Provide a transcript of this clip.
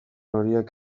horiek